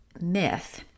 myth